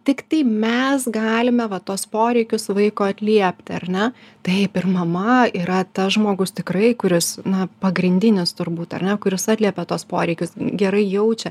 tiktai mes galime va tuos poreikius vaiko atliepti ar ne taip ir mama yra tas žmogus tikrai kuris na pagrindinis turbūt ar ne kuris atliepia tuos poreikius gerai jaučia